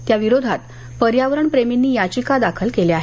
त्या विरोधात पर्यावरण प्रेमींनी याचिका दाखल केल्या आहेत